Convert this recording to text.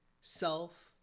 self